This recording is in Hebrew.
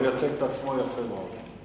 הוא מייצג את עצמו יפה מאוד.